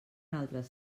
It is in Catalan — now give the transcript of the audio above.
altres